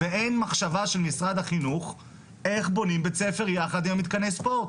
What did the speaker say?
ואין מחשבה של משרד החינוך איך בונים בית-ספר יחד עם המתקני ספורט,